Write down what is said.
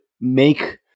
make